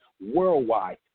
worldwide